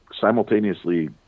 simultaneously